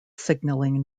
signaling